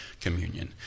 communion